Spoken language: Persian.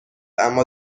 اما